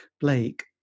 Blake